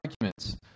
arguments